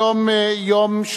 8